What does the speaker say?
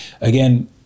again